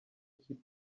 keep